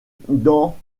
dans